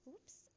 Oops